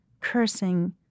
cursing